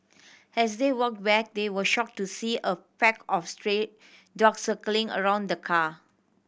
as they walked back they were shocked to see a pack of stray dogs circling around the car